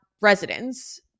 residents